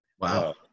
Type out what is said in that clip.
Wow